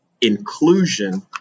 inclusion